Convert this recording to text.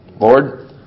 Lord